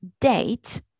date